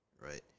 right